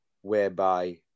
whereby